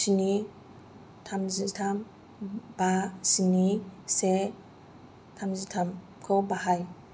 स्नि थामजिथाम बा स्नि से थामजिथामखौ बाहाय